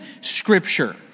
Scripture